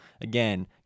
Again